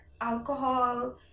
alcohol